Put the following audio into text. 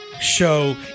show